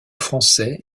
français